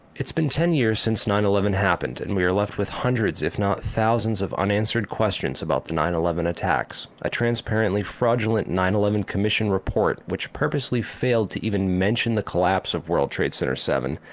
it's been ten years since nine eleven happened and we are left with hundreds if not thousands of unanswered questions about the nine eleven attacks. a transparently fraudulent nine eleven commission report which purposely failed to even mention the collapse of world trade center seven,